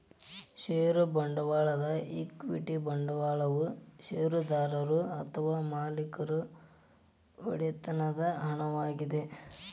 ಷೇರು ಬಂಡವಾಳದ ಈಕ್ವಿಟಿ ಬಂಡವಾಳವು ಷೇರುದಾರರು ಅಥವಾ ಮಾಲೇಕರ ಒಡೆತನದ ಹಣವಾಗಿದೆ